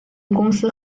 公司